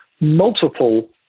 multiple